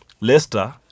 Leicester